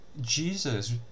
Jesus